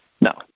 No